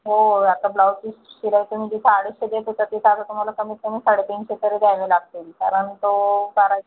हो आता blouse piece शिलाईतून तुम्ही जिथे अडीचशे देत होता तिथे आता तुम्हाला कमीत कमी साडे तीनशे तरी द्यावे लागतील कारण तो कारा